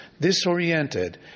disoriented